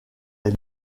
est